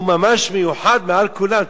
הוא ממש מיוחד, מעל כולם.